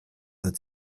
wird